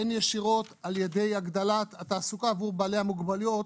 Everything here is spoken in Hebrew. הן ישירות על-ידי הגדלת התעסוקה עבור המוגבלויות